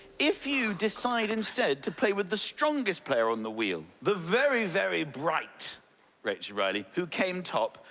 if you decide instead to play with the strongest player on the wheel, the very, very bright rachel riley, who came top,